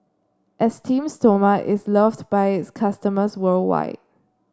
Esteem Stoma is loved by its customers worldwide